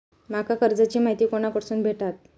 माका कर्जाची माहिती कोणाकडसून भेटात?